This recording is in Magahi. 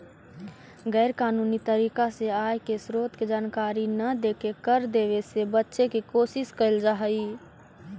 गैर कानूनी तरीका से आय के स्रोत के जानकारी न देके कर देवे से बचे के कोशिश कैल जा हई